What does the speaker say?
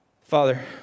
Father